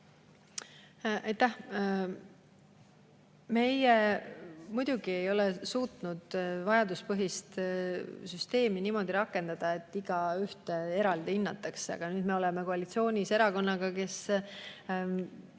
Aitäh! Meie muidugi ei ole suutnud vajaduspõhist süsteemi niimoodi rakendada, et igaühte hinnatakse eraldi. Aga nüüd me oleme koalitsioonis erakonnaga, kes